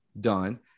done